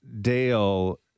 Dale